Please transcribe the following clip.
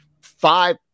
five